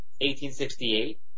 1868